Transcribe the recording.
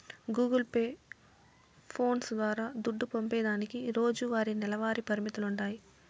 Google pay, phones ద్వారా దుడ్డు పంపేదానికి రోజువారీ, నెలవారీ పరిమితులుండాయి